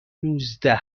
نوزده